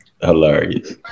Hilarious